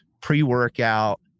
pre-workout